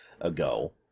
ago